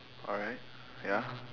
alright ya